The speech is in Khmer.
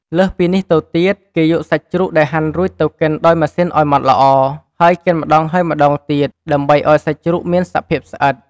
លើសពីនេះទៅទៀត គេយកសាច់ជ្រូកដែលហាន់រួចទៅកិនដោយម៉ាស៊ីនឱ្យម៉ត់ល្អ ហើយកិនម្ដងហើយម្ដងទៀត ដើម្បីឱ្យសាច់ជ្រូកមានសភាពស្អិត។